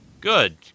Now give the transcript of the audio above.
good